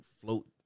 float